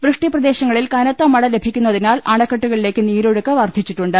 വൃഷ്ടിപ്രദേശങ്ങ ളിൽ കനത്ത മഴ ലഭിക്കുന്നതിനാൽ അണക്കെട്ടുകളിലേക്ക് നീരൊ ഴുക്ക് വർധിച്ചിട്ടുണ്ട്